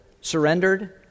surrendered